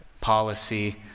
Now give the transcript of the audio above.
policy